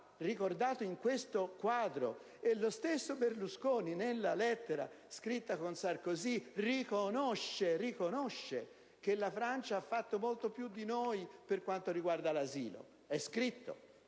inserito in questo quadro, e lo stesso Berlusconi, nella lettera scritta a Sarkozy, riconosce che la Francia ha fatto molto più di noi per quanto riguarda l'asilo. È scritto